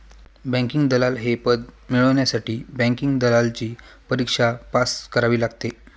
banking दलाल हे पद मिळवण्यासाठी बँकिंग दलालची परीक्षा पास करावी लागते